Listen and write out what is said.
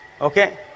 okay